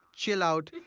chill out,